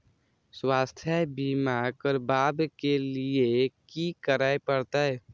स्वास्थ्य बीमा करबाब के लीये की करै परतै?